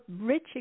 rich